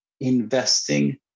investing